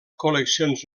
col·leccions